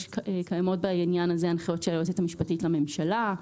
קיימות בעניין הזה הנחיות של היועצת המשפטית לממשלה,